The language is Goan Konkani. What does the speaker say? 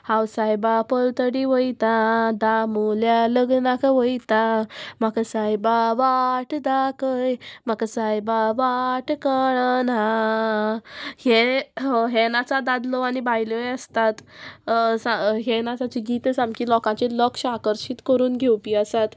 हांव सायबा पलतडी वयता दामूल्या लग्नाक वयता म्हाका सायबा वाट दाखय म्हाका सायबा वाट कळना हे नाचा दादलो आनी बायलोय आसतात हे नाचाची गितां सामकी लोकांचेर लक्ष आकर्शीत करून घेवपी आसात